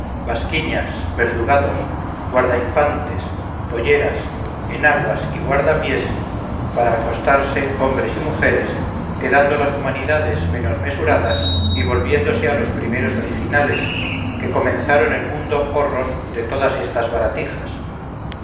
jubones basquiñas verdugados guardainfantes polleras enaguas y guardapiés para acostarse hombres y mujeres quedando las humanidades menos mesuradas y volviéndose a los primeros originales que comenzaron el mundo horros de todas estas baratijas